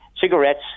cigarettes